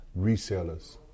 resellers